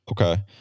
Okay